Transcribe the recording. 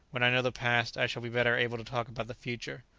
when i know the past, i shall be better able to talk about the future.